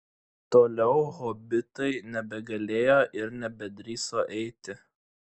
toliau hobitai nebegalėjo ir nebedrįso eiti